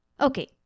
Okay